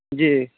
جی